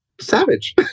savage